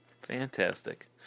Fantastic